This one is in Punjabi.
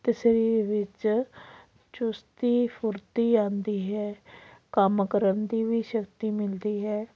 ਅਤੇ ਸਰੀਰ ਵਿੱਚ ਚੁਸਤੀ ਫੁਰਤੀ ਆਉਂਦੀ ਹੈ ਕੰਮ ਕਰਨ ਦੀ ਵੀ ਸ਼ਕਤੀ ਮਿਲਦੀ ਹੈ